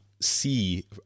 see